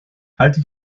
halte